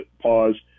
pause